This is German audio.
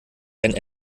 einen